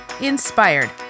Inspired